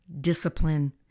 Discipline